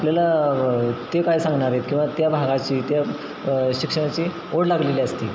आपल्याला ते काय सांगणार आहेत किंवा त्या भागाची त्या शिक्षणाची ओढ लागलेली असते